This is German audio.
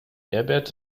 herbert